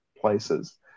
places